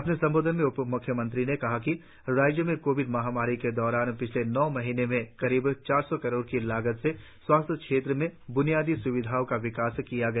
अपने संबोधन में उप म्ख्यमंत्री ने कहा कि राज्य में कोविड महामारी के दौरान पिछले नौ महीने में करीब चार सौ करोड़ की लागत से स्वास्थ्य क्षेत्र में ब्नियादी स्विधाओं का विकास किया गया